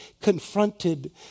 confronted